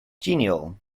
genial